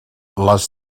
les